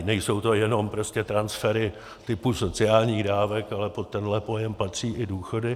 Nejsou to jenom transfery typu sociálních dávek, ale pod tenhle pojem patří i důchody.